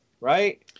Right